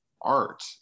art